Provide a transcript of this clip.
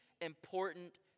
important